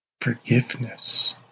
forgiveness